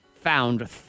Found